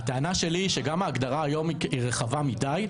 הטענה שלי היא שגם ההגדרה היום היא רחבה מדי,